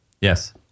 Yes